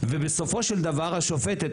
ובסופו של דבר השופטת,